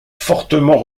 fortement